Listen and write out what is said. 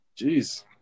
jeez